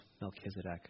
Melchizedek